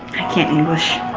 i can't english